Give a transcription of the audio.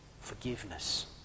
forgiveness